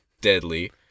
deadly